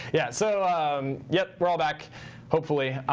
yeah, so yeah, we're all back hopefully.